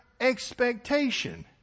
expectation